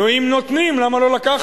נו, אם נותנים, למה לא לקחת?